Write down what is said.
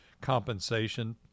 compensation